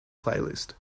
playlist